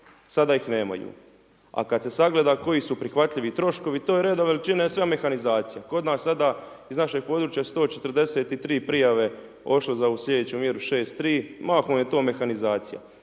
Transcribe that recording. sada ih nemaju. a kad se sagleda koji su prihvatljivi troškovi, to je .../Govornik se ne razumije./... mehanizacija. Kod nas sada iz našeg područja 143 prijave otišlo za ovu slijedeću mjeru 6.3, mahom je to mehanizacija.